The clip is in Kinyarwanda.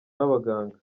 n’abaganga